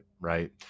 right